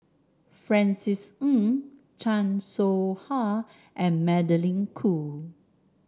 Francis Ng Chan Soh Ha and Magdalene Khoo